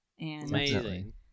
Amazing